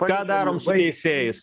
ką darom su teisėjais